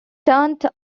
turned